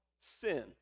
sin